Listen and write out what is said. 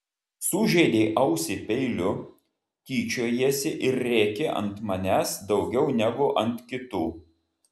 sužeidei ausį peiliu tyčiojiesi ir rėki ant manęs daugiau negu ant kitų